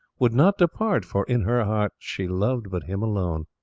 would not depart for in her heart she loved but him alone.